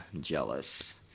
jealous